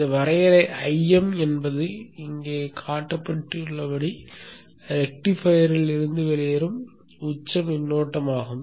இந்த வரையறை Im என்பது இங்கே காட்டப்பட்டுள்ளபடி ரெக்டிஃபையரில் இருந்து வெளியேறும் உச்ச மின்னோட்டமாகும்